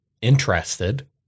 interested